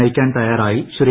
നയിക്കാൻ തയ്യാറായി ശ്രീ